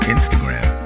Instagram